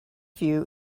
view